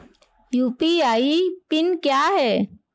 UPI PIN क्या है?